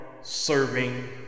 serving